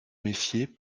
méfier